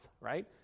right